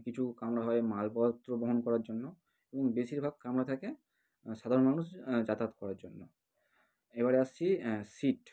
কিছু কামরা হয় মালপত্র বহন করার জন্য এবং বেশিরভাগ কামরা থাকে সাধারণ মানুষ যাতায়াত করার জন্য এবারে আসছি সিট